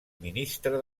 ministra